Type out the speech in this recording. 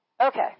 Okay